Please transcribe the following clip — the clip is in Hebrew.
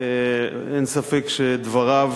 אין ספק שדבריו,